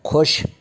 ख़श